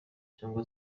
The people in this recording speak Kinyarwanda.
cyangwa